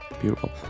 Beautiful